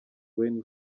wayne